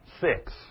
six